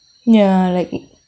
ya like